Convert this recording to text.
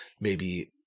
maybe-